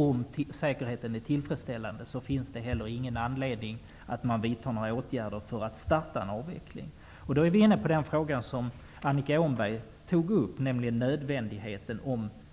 Om säkerheten är tillfredsställande, finns det heller ingen anledning att vidta några åtgärder för att starta en avveckling. Då är vi inne på den fråga som Annika Åhnberg tog upp, nämligen nödvändigheten